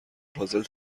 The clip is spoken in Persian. پازل